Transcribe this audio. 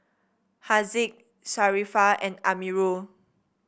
Haziq Sharifah and Amirul